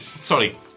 Sorry